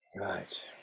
Right